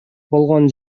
болгон